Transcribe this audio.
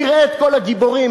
נראה את כל הגיבורים,